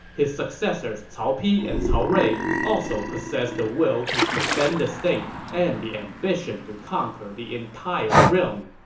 his successors cao pi and cao rui also possessed the will to defend the state and the ambition to conquer the entire realm.